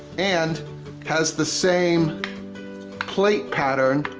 and has the same plate pattern,